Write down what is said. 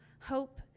hope